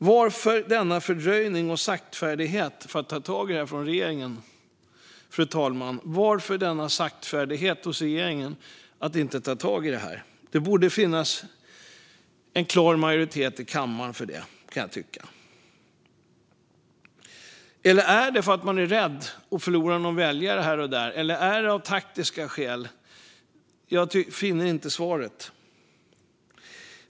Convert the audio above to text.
Varför denna fördröjning från regeringens sida när det gäller att ta tag i detta, fru talman? Varför denna saktfärdighet hos regeringen? Det borde finnas en klar majoritet i kammaren för det, kan jag tycka. Är det för att man är rädd att förlora någon väljare här och där, eller är det av taktiska skäl? Jag finner inte svaret.